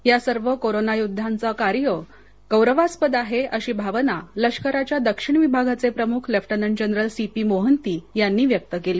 या सर्व कोरोना योद्ध्यांचं कार्य गौरवास्पद आहे अशी भावना लष्कराच्या दक्षिण विभागाचे प्रमुख lieutenant general C P Mohanty यांनी व्यक्त केली